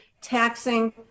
taxing